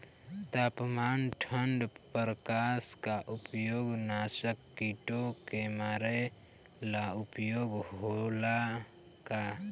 तापमान ठण्ड प्रकास का उपयोग नाशक कीटो के मारे ला उपयोग होला का?